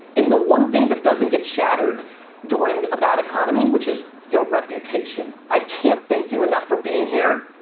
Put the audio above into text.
in the one thing that doesn't get shattered during a bad economy, which is your reputation. i can't thank you enough for being here,